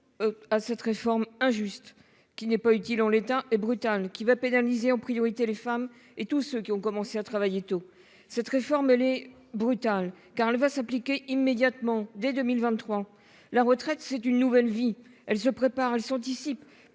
À cette réforme injuste qui n'est pas utile en l'état et brutal qui va pénaliser en priorité les femmes et tous ceux qui ont commencé à travailler tôt cette réforme. Brutale car elle va s'appliquer immédiatement, dès 2023, la retraite c'est une nouvelle vie, elle se prépare s'anticipe